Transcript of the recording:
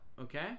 okay